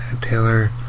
Taylor